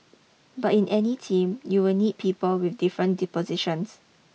but in any team you will need people with different dispositions